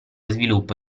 sviluppo